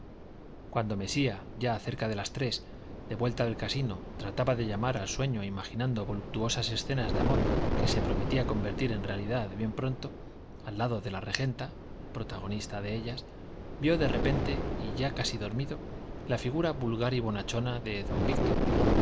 cuando mesía ya cerca de las tres de vuelta del casino trataba de llamar al sueño imaginando voluptuosas escenas de amor que se prometía convertir en realidad bien pronto al lado de la regenta protagonista de ellas vio de repente y ya casi dormido la figura vulgar y bonachona de don víctor